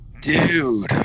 Dude